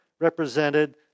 represented